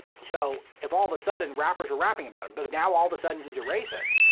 so if all of a sudden rappers are rapping about him, but now all of a sudden he's a racist,